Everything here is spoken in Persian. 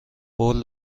قول